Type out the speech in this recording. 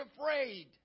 afraid